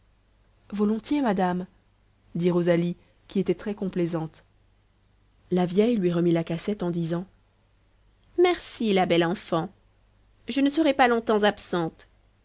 volontiers madame dit rosalie qui était très complaisante la vieille lui remit la cassette en disant merci la belle enfant je ne serai pas longtemps absente